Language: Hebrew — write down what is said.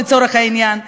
לצורך העניין,